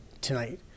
tonight